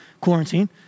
quarantine